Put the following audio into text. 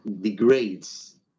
degrades